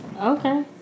okay